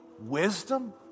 wisdom